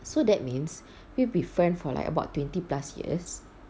so that means we'd be friends for like about twenty plus years